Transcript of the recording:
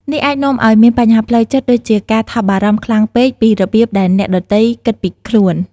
នេះអាចនាំឲ្យមានបញ្ហាផ្លូវចិត្តដូចជាការថប់បារម្ភខ្លាំងពេកពីរបៀបដែលអ្នកដទៃគិតពីខ្លួន។